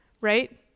right